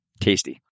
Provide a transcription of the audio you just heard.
tasty